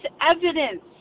evidence